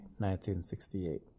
1968